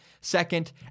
second